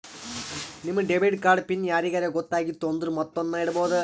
ನಿಮ್ debit card PIN ಯಾರಿಗರೇ ಗೊತ್ತಾಗಿತ್ತು ಅಂದುರ್ ಮತ್ತೊಂದ್ನು ಇಡ್ಬೋದು